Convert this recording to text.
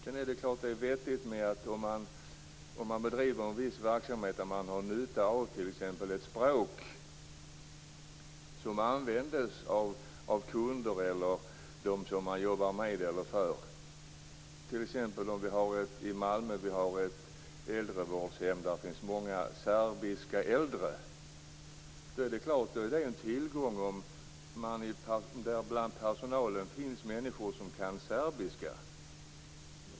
Det är klart att det här kan vara vettigt om man t.ex. bedriver en viss verksamhet där man har nytta av ett språk som används av kunder eller av dem som man arbetar med eller för. I Malmö har vi t.ex. ett äldrevårdshem där det finns många serbiska äldre. Då är det så klart en tillgång om det bland personalen finns människor som kan serbiska.